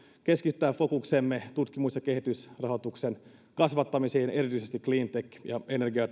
keskittää fokuksemme tutkimus ja kehitysrahoituksen kasvattamiseen erityisesti cleantech ja